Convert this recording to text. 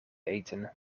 eten